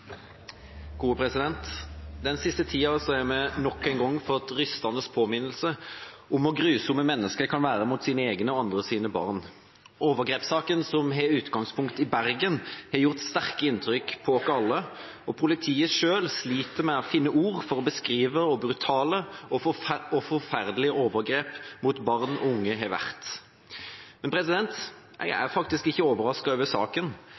Den siste tida har vi nok en gang fått en rystende påminnelse om hvor grusomme mennesker kan være mot sine egne og andres barn. Overgrepssaken som har utgangspunkt i Bergen, har gjort et sterkt inntrykk på oss alle, og selv politiet sliter med å finne ord for å beskrive hvor brutalt og forferdelig overgrep mot barn og unge har vært. Men jeg er faktisk ikke overrasket over saken.